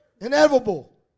inevitable